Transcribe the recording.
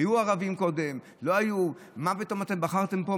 היו ערבים קודם, מה פתאום אתם בחרתם פה?